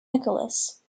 nicolas